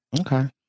Okay